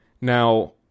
Now